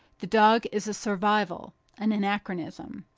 the dog is a survival an anachronism.